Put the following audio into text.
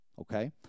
okay